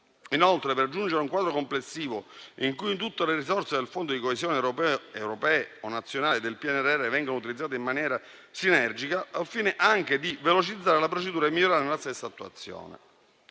Inoltre, si intende giungere a un quadro complessivo in cui tutte le risorse del Fondo di coesione e del PNRR vengano utilizzate in maniera sinergica, al fine anche di velocizzare la procedura e migliorarne la stessa attuazione.